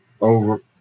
over